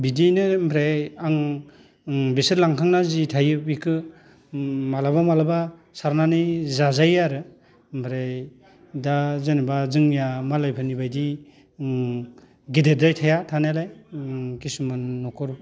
बिदिनो ओमफ्राय आं बिसोर लांखांना जि थायो बेखौ माब्लाबा माब्लाबा सारनानै जाजायो आरो ओमफ्राय दा जेनेबा जोंनिया मालायफोरनि बायदि गेदेरद्राय थाया थानायालाय खिसुमान न'खर